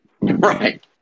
right